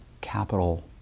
Capital